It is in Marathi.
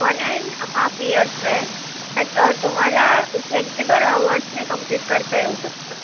वन अँड हाफ इयर्सचं आहे बट तुम्हाला फ्लेक्झिबल अवर्सने कम्प्लीट करता येऊ शकता